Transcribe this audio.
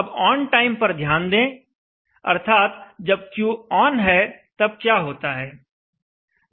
अब on time पर ध्यान दें अर्थात जब Q ऑन है तब क्या होता है